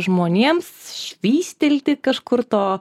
žmonėms švystelti kažkur to